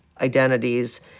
identities